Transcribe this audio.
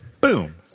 Boom